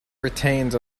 retains